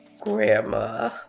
grandma